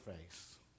face